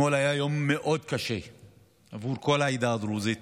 אתמול היה יום מאוד קשה עבור כל העדה הדרוזית,